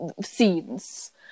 Scenes